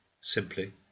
simply